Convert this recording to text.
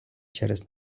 через